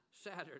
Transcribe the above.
Saturday